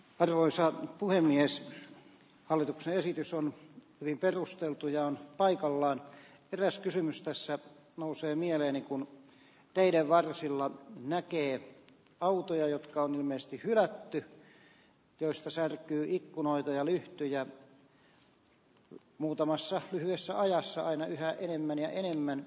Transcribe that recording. arvoisa puhemies hallituksen esitys on hyvin perusteltu ja on paikallaan eräs kysymys tässä nousee mieleeni kun teiden varsilla näkee autoja jotka on ilmeisesti hylätty joista särkyy ikkunoita ja lyhtyjä muutamassa lyhyessä ajassa aina yhä enemmän ja enemmän